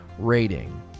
rating